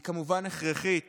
היא כמובן הכרחית